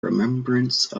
remembrance